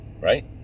right